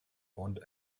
want